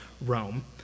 Rome